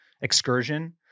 excursion